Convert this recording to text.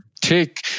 take